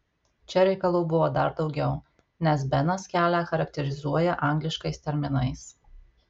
čia reikalų buvo dar daugiau nes benas kelią charakterizuoja angliškais terminais